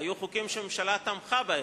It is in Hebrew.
היו חוקים שהממשלה תמכה בהם,